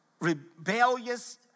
rebellious